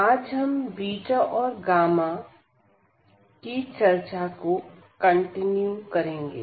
आज हम बीटा और गामा की चर्चा को कंटिन्यू करेंगे